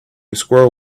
squirrel